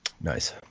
Nice